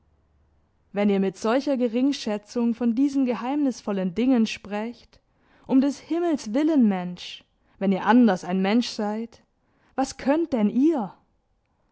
wenn ihr mit solcher geringschätzung von diesen geheimnisvollen dingen sprecht um des himmels willen mensch wenn ihr anders ein mensch seid was könnt denn ihr